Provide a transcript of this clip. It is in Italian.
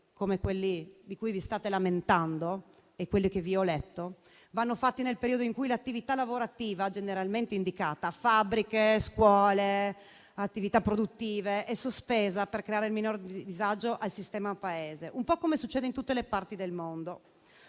come quelli di cui vi state lamentando e che vi ho letto, vanno fatti nel periodo in cui l'attività lavorativa generalmente indicata - fabbriche, scuole o attività produttive - è sospesa, per creare il minor disagio al sistema Paese, un po' come succede in tutte le parti del mondo.